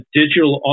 digital